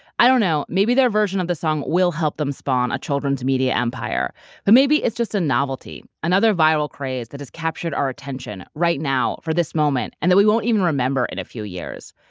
i don't know, maybe their version of the song will help them spawn a children's media empire, but maybe it's just a novelty, another viral craze that has captured our attention right now, for this moment, and that we won't even remember in a few years.